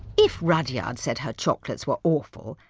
if rudyard said her chocolates were awful,